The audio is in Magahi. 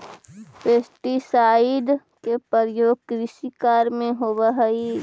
पेस्टीसाइड के प्रयोग कृषि कार्य में होवऽ हई